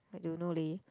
I don't know leh